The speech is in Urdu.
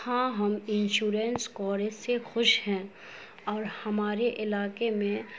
ہاں ہم انشورنس کوریج سے خوش ہیں اور ہمارے علاقے میں